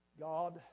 God